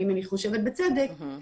אני חושבת בצדק,